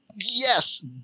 Yes